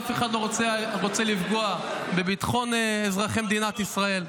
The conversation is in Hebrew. אף אחד לא רוצה לפגוע בביטחון אזרחי מדינת ישראל.